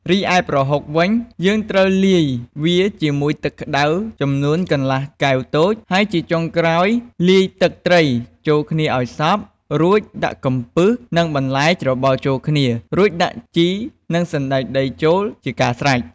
រីឯប្រហុកវិញ យើងត្រូវលាយវាជាមួយទឹកក្តៅចំនួនកន្លះកែវតូច ហើយជាចុងក្រោយលាយទឹកត្រីចូលគ្នាឱ្យសព្វ រួចដាក់កំពឹសនិងបន្លែច្របល់ចូលគ្នា រួចដាក់ជី និងសណ្ដែកដីចូលជាការស្រេច។